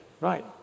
Right